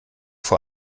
vor